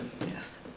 yes